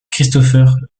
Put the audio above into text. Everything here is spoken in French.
christopher